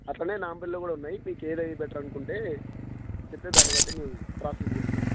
అట్లనే నా పిల్లు కూడా ఉన్నాయి మీకు ఏదై బెటర్ అనుకుంటే చెప్తే దాన్ని బట్టి మేము ప్రాసీజ చేస్తాం